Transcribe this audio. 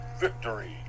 victory